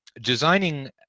designing